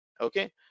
Okay